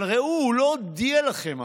אבל ראו, הוא לא הודיע לכם אפילו.